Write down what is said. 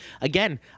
again